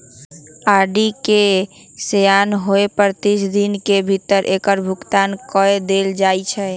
RD के सेयान होय पर तीस दिन के भीतरे एकर भुगतान क देल जाइ छइ